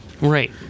Right